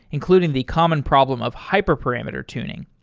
including the common problem of hyperparameter tuning.